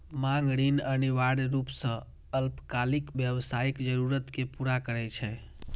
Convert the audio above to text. मांग ऋण अनिवार्य रूप सं अल्पकालिक व्यावसायिक जरूरत कें पूरा करै छै